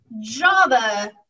Java